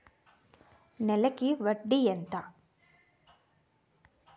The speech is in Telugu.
నెలకి వడ్డీ ఎంత?